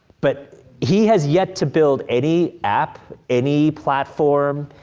but he has yet to build any app, any platform,